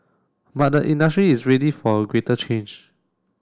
but the industry is ready for greater change